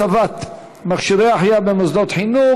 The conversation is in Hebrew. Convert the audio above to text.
הצבת מכשירי החייאה במוסדות חינוך),